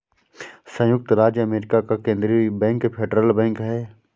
सयुक्त राज्य अमेरिका का केन्द्रीय बैंक फेडरल बैंक है